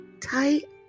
tight